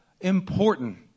important